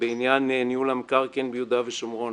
בעניין ניהול המקרקעין ביהודה ושומרון.